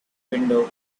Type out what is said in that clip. window